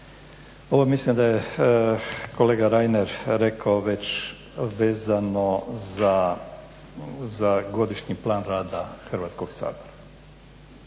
Ovo mislim da je kolega Reiner rekao već vezano za godišnji plan rada Hrvatskog sabora.